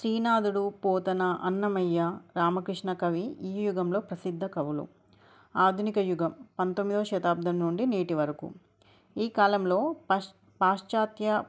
శ్రీనాథుడు పోతన అన్నమయ్య రామకృష్ణ కవి ఈ యుగంలో ప్రసిద్ధ కవులు ఆధునిక యుగం పంతొమ్మిదవ శతాబ్దం నుండి నేటి వరకు ఈ కాలంలో పాశ్ పాశ్చాత్య